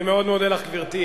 אני מאוד מודה לך, גברתי.